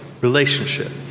relationship